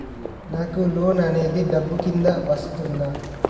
నాకు లోన్ అనేది డబ్బు కిందా వస్తుందా?